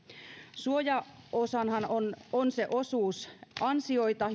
suojaosahan on on se osuus ansioista